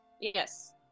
Yes